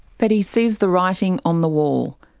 but he sees the writing on the wall.